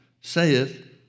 saith